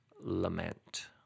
lament